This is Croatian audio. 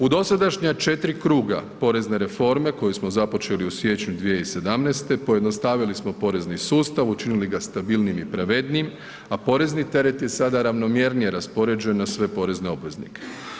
U dosadašnja 4 kruga porezne reforme koju smo započeli u siječnju 2017. pojednostavili smo porezni sustav, učinili ga stabilnijim i pravednijim, a porezni teret je sada ravnomjernije raspoređen na sve porezne obveznike.